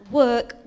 work